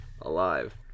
alive